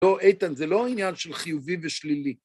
לא, איתן, זה לא עניין של חיובי בשלילי.